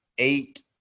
eight